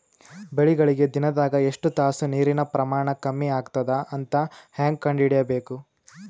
ಬೆಳಿಗಳಿಗೆ ದಿನದಾಗ ಎಷ್ಟು ತಾಸ ನೀರಿನ ಪ್ರಮಾಣ ಕಮ್ಮಿ ಆಗತದ ಅಂತ ಹೇಂಗ ಕಂಡ ಹಿಡಿಯಬೇಕು?